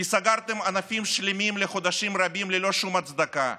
כי סגרתם ענפים שלמים לחודשים רבים ללא שום הצדקה,